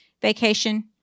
vacation